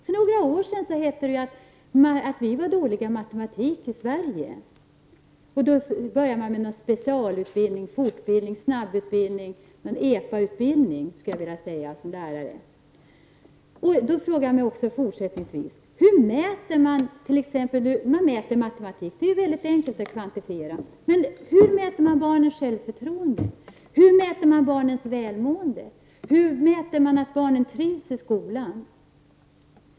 För några år sedan hette det att vi i Sverige var dåliga i matematik. Då började man med någon specialutbildning fortbildning, snabbutbildning — EPA-utbildning, skulle jag vilja säga som lärare. Jag frågar mig också: Hur mäter man? Det är väldigt enkelt att kvantifiera kunskaperna i matematik, men hur mäter man barnens självförtroende? Hur mäter man barnens välmående? Hur mäter man att barnen trivs i skolan?